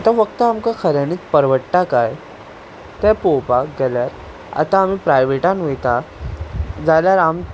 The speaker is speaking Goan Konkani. आतां वखदां आमकां खऱ्यांनीच परवडटा काय तें पळोवपाक गेल्यार आतां आमी प्रायवेटान वता जाल्यार आम